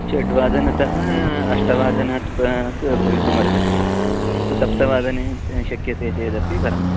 षड्वादनतः अष्टवादनात् प्राक् भवितुमर्हति तु सप्तवादने शक्यते चेदपि वरम्